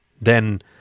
Then